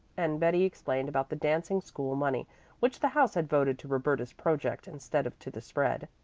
and betty explained about the dancing-school money which the house had voted to roberta's project instead of to the spread.